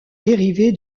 dérivé